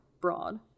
broad